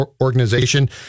organization